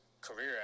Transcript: career